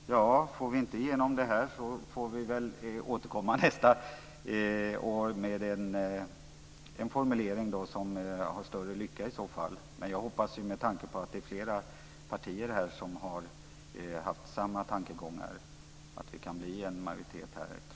Fru talman! Får vi inte igenom detta här får vi väl återkomma nästa år med en formulering som har större lycka. Men med tanke på att flera partier haft samma tankegångar hoppas jag trots allt på att det kan bli en majoritet här.